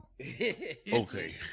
Okay